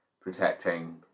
protecting